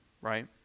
right